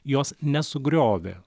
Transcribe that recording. jos nesugriovė